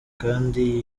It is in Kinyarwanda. kandi